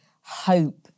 hope